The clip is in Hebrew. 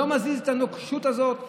לא מזיז את הנוקשות הזאת?